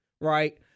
right